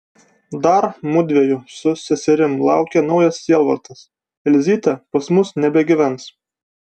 dar mudviejų su seserim laukia naujas sielvartas elzytė pas mus nebegyvens